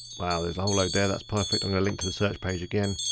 wow, there's a whole load there. that's perfect. i'm gonna link to the search page again.